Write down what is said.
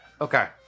Okay